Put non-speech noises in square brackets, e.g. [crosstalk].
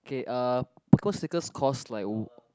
okay uh Pokemon stickers cost like [noise]